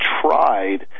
tried